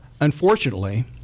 unfortunately